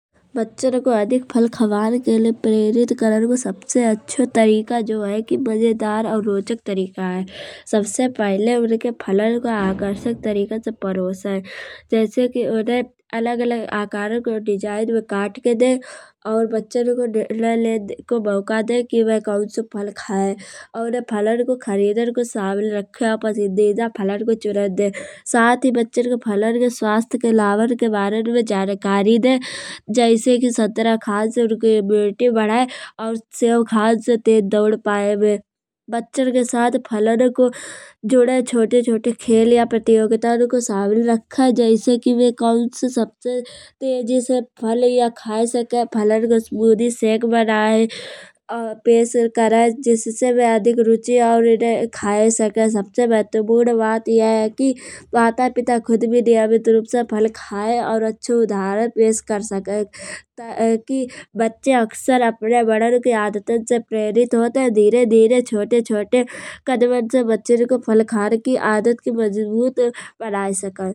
बच्चन को अधिक फल खान के लय प्रेरित करन को सबसे अच्छो तरीका जो है कि मजेदार और रोचक तरीका है। सबसे पहिले उनके फलन को आकर्षक तरीकन से परोसे। जैसे कि उन्हें अलग अलग आकार को डिज़ाइन में काट के दे। और बच्चन को निर्णय लेन को मौका दे कि बे कौन सो फल खाए। और उन्हें फलन को खरीदन को शमिल रखे और पसंदीदा फलन को चुनन दे। साथ ही बच्चन के फलन के स्वास्थ्य के लाभन के बारन में जानकारी दे। जैसे कि संत्रा खांन से उनकी इम्युनिटी बढ़े और सेब खांन से तेज दौड़ पाए बे। बच्चन के साथ फलन को जुड़े छोटे छोटे खेल या प्रतियोगता को शमिल रखे। जैसे कि बे कौन से सबसे तेजी से फल या खाए सके। फलन को स्मूदी शेक बनाए। और पेश करे जिससे वह अधिक रुचि और उन्हें खाये सकाये। सबसे महत्त्वपूर्ण बात यह है कि माता पिता खुद भी नियमित रूप से फल खाए और अच्छो उदाहरण पेश कर सकाए। ताकि बच्चे अक्सर अपने बड़न की आदतन से प्रेरित होत है। धीरे धीरे छोटे छोटे कदमन से बच्चन को फल खान की आदत की मजबूत बनाए साकत।